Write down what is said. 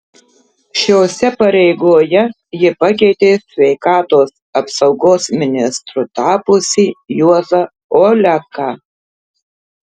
šiose pareigoje ji pakeitė sveikatos apsaugos ministru tapusį juozą oleką